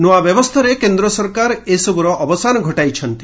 ନୂଆ ବ୍ୟବସ୍ଥାରେ କେନ୍ଦ୍ର ସରକାର ଏସବୁର ଅବସାନ ଘଟାଇଛନ୍ତି